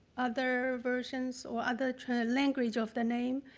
other version, or other language of the name,